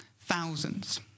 thousands